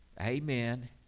amen